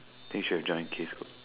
then should have join case cook